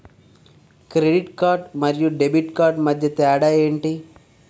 Credit card మరియు debit card మధ్య తేడా ఎంటి?